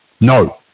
no